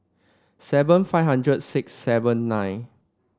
seven five hundred six seven nine